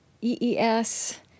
EES